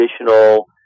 additional